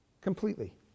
Completely